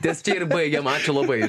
ties čia ir baigiam ačiū labai